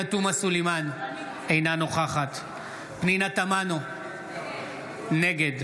סלימאן, אינה נוכחת פנינה תמנו, נגד